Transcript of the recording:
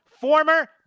former